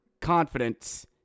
confidence